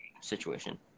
Situation